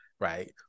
right